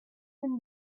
from